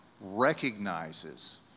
recognizes